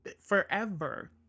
forever